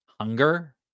hunger